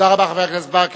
תודה רבה, חבר הכנסת ברכה.